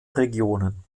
regionen